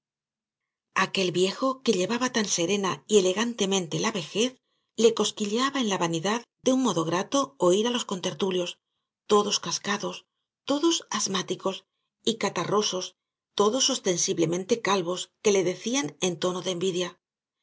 aquel viejo que llevaba tan serena y elegantemente la vejez le cosquilleaba en la vanidad de un modo grato oir á los contertulios todos cascados todos asmáticos y catarrosos todos ostensiblemente calvos que le decían en tono de envidia